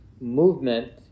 movement